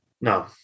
No